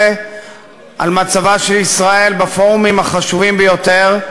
לגבי מצבה של ישראל בפורומים החשובים ביותר,